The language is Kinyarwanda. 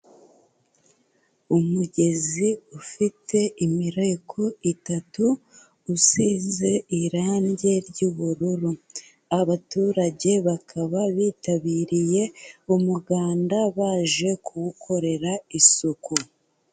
Umugezi ufite imireko itatu, usize irange ry'ubururu, abaturage bakaba bitabiriye umuganda baje kuwukorera isuku.